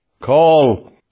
call